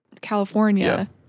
California